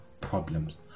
problems